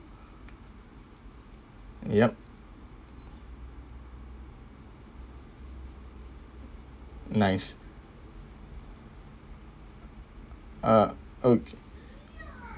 yup nice uh oka~